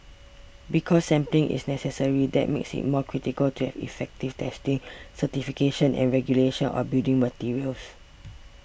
because sampling is necessary that makes it more critical to have effective testing certification and regulation of building materials